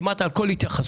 כמעט כל התייחסות.